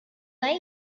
they